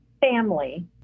family